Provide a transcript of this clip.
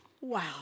Wow